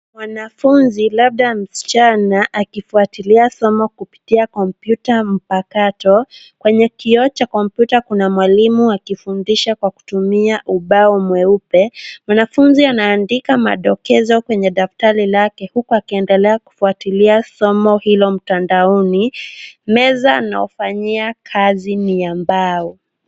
Mwanafunzi labda msichana akitufuatilia somo kupitia kompyuta mapakato. Kwenye kioo cha mpakato kuna mwalimu akifundisha kwa kutumia ubao mweupe. Mwanafunzi anaandika madokezo kwenye daftari lake huku akiendelea kufuatilia somo hilo mtandaoni. Meza anayofanyia kazi ni ya mbao.